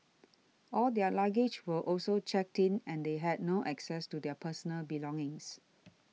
all their luggage were also checked in and they had no access to their personal belongings